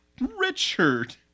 Richard